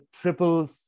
triple